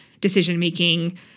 decision-making